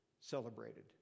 celebrated